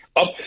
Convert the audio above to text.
Up